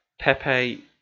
Pepe